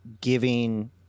giving